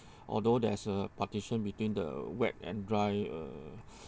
although there's a partition between the wet and dry uh